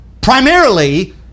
primarily